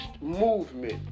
movement